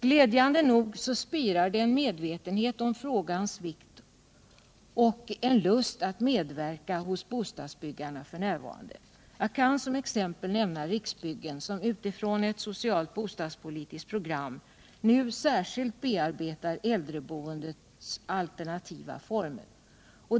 Glädjande nog spirar det f.n. en medvetenhet om frågans vikt och en lust att medverka hos bostadsbyggarna. Som exempel kan jag nämna Riksbyggen som utifrån ett socialt bostadspolitiskt program nu särskilt bearbetar äldreboendets alternativa former.